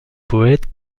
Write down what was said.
poète